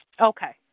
Okay